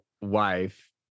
wife